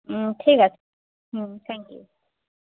হুম ঠিক আছে হুম থ্যাংক ইউ